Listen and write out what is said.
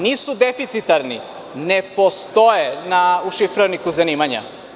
Nisu deficitarni, oni ne postoje u šifarniku zanimanja.